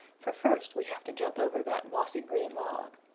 for first we have to jump over that mossy green log.